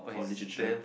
for literature